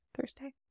Thursday